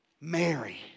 Mary